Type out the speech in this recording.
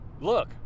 look